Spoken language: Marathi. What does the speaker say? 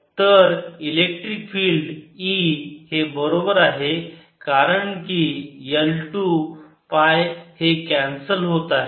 तर इलेक्ट्रिक फील्ड E हे बरोबर आहे कारण की L 2 पाय हे कॅन्सल होत आहे